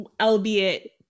albeit